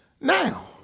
now